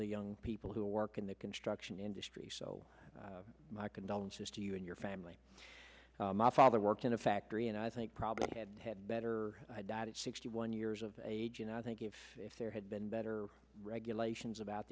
other young people who work in the construction industry so my condolences to you and your family my father worked in a factory and i think probably had better died at sixty one years of age and i think if there had been better regulations about